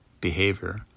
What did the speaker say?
behavior